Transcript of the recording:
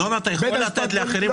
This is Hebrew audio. ינון, אתה יכול לתת גם לאחרים לדבר?